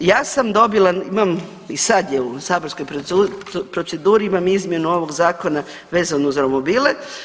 Ja sam dobila, imam i sad je usaborskoj proceduri imam izmjenu ovog zakona vezano za romobile.